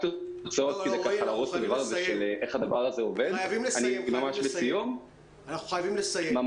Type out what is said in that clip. אנחנו חייבים לסיים.